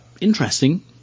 Interesting